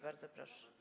Bardzo proszę.